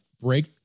break